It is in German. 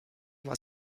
war